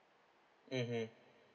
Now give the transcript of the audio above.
mmhmm